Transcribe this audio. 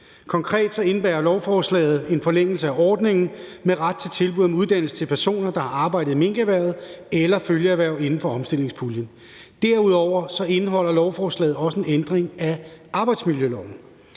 Konkret indebærer lovforslaget en forlængelse af ordningen med ret til tilbud om uddannelse til personer, der har arbejdet i minkerhvervet eller følgeerhverv, inden for omstillingspuljen. Derudover indeholder lovforslaget også en ændring af arbejdsmiljøloven.